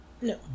No